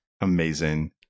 Amazing